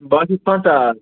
باہ شَتھ پنٛژاہ حظ